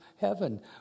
heaven